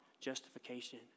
justification